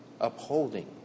upholding